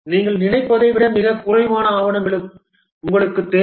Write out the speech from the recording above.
நீங்கள் நினைப்பதை விட மிகக் குறைவான ஆவணங்கள் உங்களுக்குத் தேவை